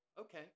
okay